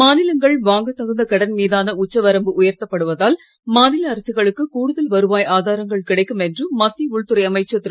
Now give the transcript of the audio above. மாநிலங்கள் வாங்கத் தகுந்த கடன் மீதான உச்ச வரம்பு உயர்த்தப் படுவதால் மாநில அரசுகளுக்கு கூடுதல் வருவாய் ஆதாரங்கள் கிடைக்கும் என்று மத்திய உள்துறை அமைச்சர் திரு